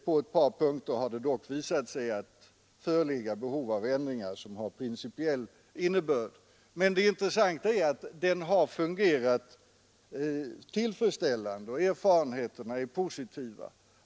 På ett par punkter har det dock visat sig föreligga behov av ändringar med principiell innebörd. Det intressanta är dock att lagen har fungerat tillfredsställande och att erfarenheterna är positiva.